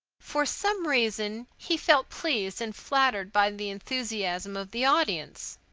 for some reason he felt pleased and flattered by the enthusiasm of the audience.